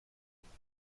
شمارو